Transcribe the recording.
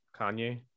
Kanye